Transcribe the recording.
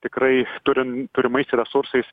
tikrai turim turimais resursais